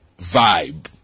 vibe